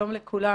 שלום לכולם.